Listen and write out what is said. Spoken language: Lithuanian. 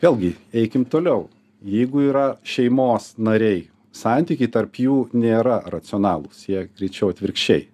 vėlgi eim toliau jeigu yra šeimos nariai santykiai tarp jų nėra racionalūs jie greičiau atvirkščiai